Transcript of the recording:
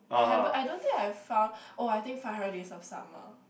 I haven't I don't think I have found oh I think five-hundred-days-of-summer